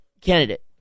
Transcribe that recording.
candidate